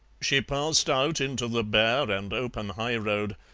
she passed out into the bare and open high road,